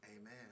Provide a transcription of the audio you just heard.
Amen